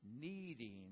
needing